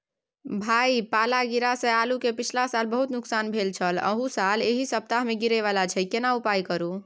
भाई पाला गिरा से आलू के पिछला साल बहुत नुकसान भेल छल अहू साल एहि सप्ताह में गिरे वाला छैय केना उपाय करू?